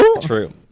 true